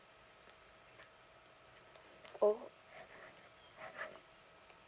oh